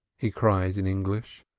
he cried in english.